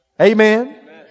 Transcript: Amen